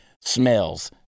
smells